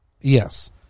Yes